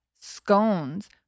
scones